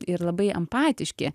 ir labai empatiški